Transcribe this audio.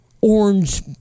orange